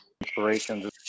inspirations